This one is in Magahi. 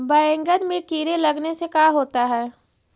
बैंगन में कीड़े लगने से का होता है?